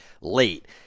late